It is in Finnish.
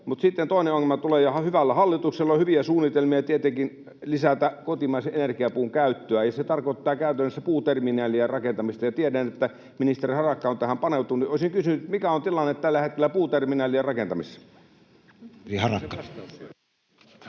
toinen ongelma tulee, kun hyvällä hallituksella on hyviä suunnitelmia tietenkin lisätä kotimaisen energiapuun käyttöä, ja se tarkoittaa käytännössä puuterminaalien rakentamista. Kun tiedän, että ministeri Harakka on tähän paneutunut, niin olisin kysynyt, mikä on tilanne tällä hetkellä puuterminaalien rakentamisessa.